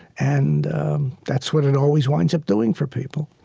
and that's what it always winds up doing for people